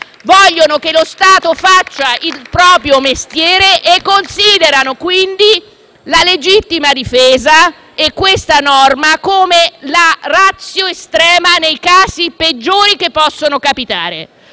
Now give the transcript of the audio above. vogliono che lo Stato faccia il proprio mestiere e considerano quindi la legittima difesa e la relativa previsione normativa come la *ratio* estrema nei casi peggiori che possono capitare.